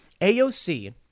AOC